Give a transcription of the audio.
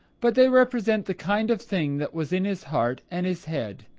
but they represent the kind of thing that was in his heart and his head.